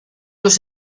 los